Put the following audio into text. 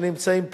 שנמצאים פה,